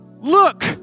Look